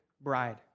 bride